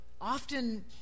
often